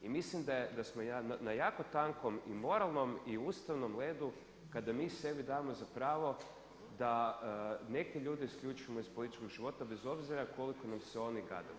I mislim da smo na jako tankom i moralnom i ustavnom ledu kada mi sebi damo za pravo da neke ljude isključimo iz političkog života bez obzira koliko nam se oni gade.